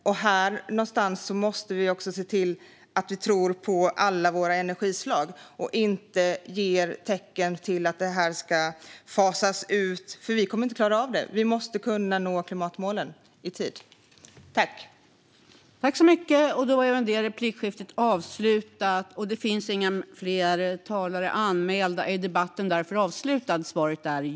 Vi måste tro på alla våra energislag och inte ge signalen att detta ska fasas ut, för då kommer vi inte att klara av att nå klimatmålen i tid, vilket vi måste.